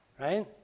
right